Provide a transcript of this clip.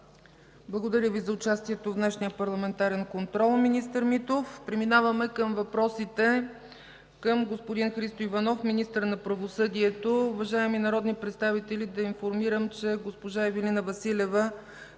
Благодаря Ви участието в днешния парламентарен контрол, министър Митов. Преминаваме към въпросите към господин Христо Иванов – министър на правосъдието. Уважаеми народни представители, да информирам, че госпожа Ивелина Василева